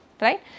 right